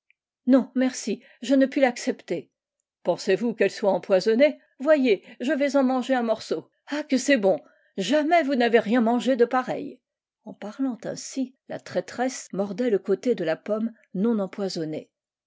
non merci je ne puis l'accepter pensez-vous qu'elle soit empoisonnée voyez je vais en manger un morceau ah que c'est bon jamais vous n'avez rien mangé de pareil en parlant ainsi la traîtresse mordait le côté do la pomme non empoisonné